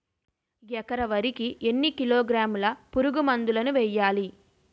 ఎకర వరి కి ఎన్ని కిలోగ్రాముల పురుగు మందులను వేయాలి?